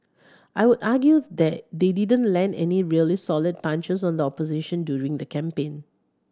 I would argues that they didn't land any really solid punches on the opposition during the campaign